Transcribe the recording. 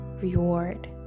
reward